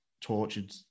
tortured